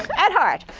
at heart.